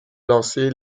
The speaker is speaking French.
lancé